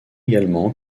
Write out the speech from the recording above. également